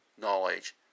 knowledge